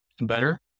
better